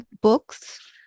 books